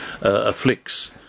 afflicts